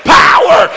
power